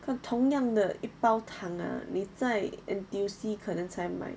同样的一包糖 ah 你在 N_T_U_C 可能才买